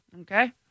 Okay